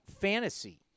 fantasy